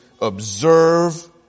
observe